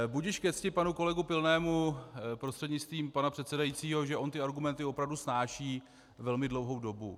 Budiž ke cti panu kolegu Pilnému prostřednictvím pana předsedajícího, že on ty argumenty opravdu snáší velmi dlouhou dobu.